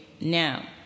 Now